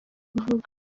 kuvuga